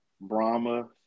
Brahma